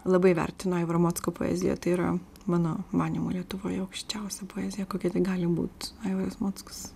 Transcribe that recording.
labai vertinu aivaro mocko poeziją tai yra mano manymu lietuvoj aukščiausia poezija kokia tik gali būt aivaras mockus